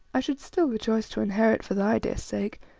i should still rejoice to inherit for thy dear sake,